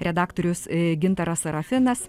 redaktorius gintaras sarafinas